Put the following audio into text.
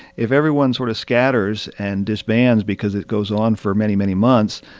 if everyone sort of scatters and disbands because it goes on for many, many months,